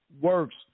works